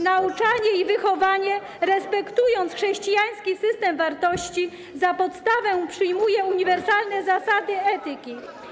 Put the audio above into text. Nauczanie i wychowanie - respektując chrześcijański system wartości - za podstawę przyjmuje uniwersalne zasady etyki.